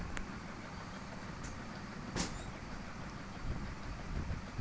कुटकी अथवा सावां के सबसं जादे खेती मध्य भारत मे होइ छै